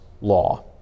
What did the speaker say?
law